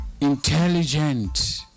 intelligent